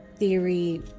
theory